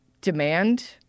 demand